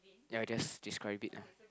ya just describe it lah